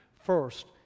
first